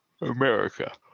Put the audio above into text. America